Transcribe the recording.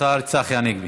השר צחי הנגבי.